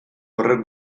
horrek